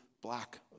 black